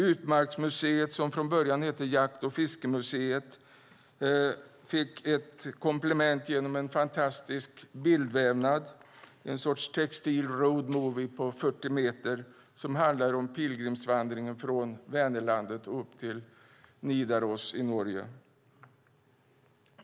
Utmarksmuseet, som från början hette Jakt och fiskemuseet, fick ett komplement genom en fantastisk bildvävnad, en sorts textil roadmovie, på 40 meter som handlar om pilgrimsvandringen från Vänerlandet upp till Nidaros i Norge.